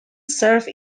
served